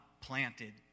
planted